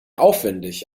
aufwendig